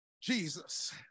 Jesus